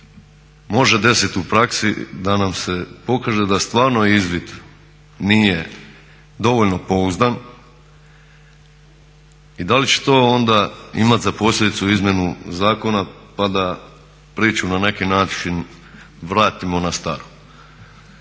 može desit u praksi da nam se pokaže da stvarno izvid nije dovoljno pouzdan i da li će to onda imati za posljedicu izmjenu zakona, pa da priču na neki način vratimo na staro.